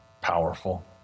powerful